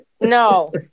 No